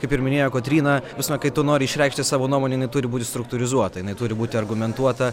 kaip ir minėjo kotryna ta prasme kai tu nori išreikšti savo nuomonę jinai turi būti struktūrizuota jinai turi būti argumentuota